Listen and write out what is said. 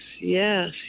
yes